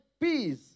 peace